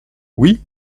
oui